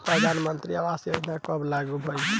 प्रधानमंत्री आवास योजना कब लागू भइल?